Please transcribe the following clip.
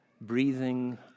breathing